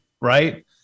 Right